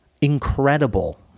incredible